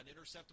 interceptable